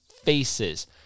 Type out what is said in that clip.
faces